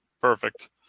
Perfect